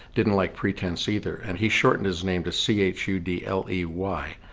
didn't like pretense either and he shortened his name to c h u d l e y.